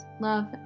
love